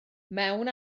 mewn